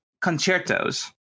concertos